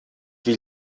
wie